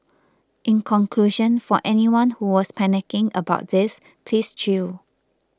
in conclusion for anyone who was panicking about this please chill